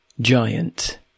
Giant